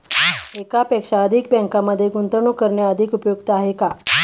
एकापेक्षा अधिक बँकांमध्ये गुंतवणूक करणे अधिक उपयुक्त आहे का?